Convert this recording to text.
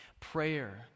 Prayer